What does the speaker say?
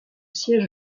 siège